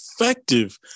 Effective